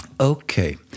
Okay